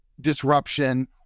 disruption